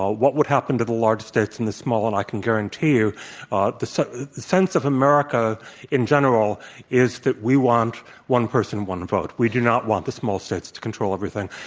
ah what would happen to the large states and the small, and i can guarantee you the sense of america in general is that we want one person one vote. we do not want the small states to control everything.